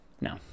no